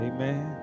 Amen